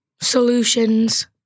Solutions